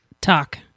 talk